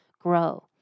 grow